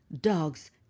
dogs